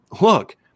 look